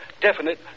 definite